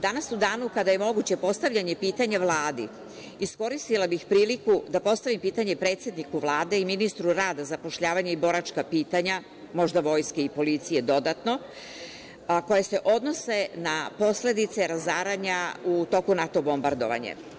Danas u danu kada je moguće postavljanje pitanja Vladi iskoristila bih priliku da postavim pitanje predsedniku Vlade i ministru rada, zapošljavanja i boračka pitanja, možda vojske i policije dodatno, koja se odnose na posledice razaranja u toku NATO bombardovanja.